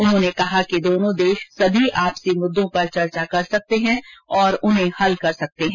उन्होंने कहा कि दोनों देश सभी आपसी मुद्दों पर चर्चा कर सकते हैं और उन्हें हल कर सकते हैं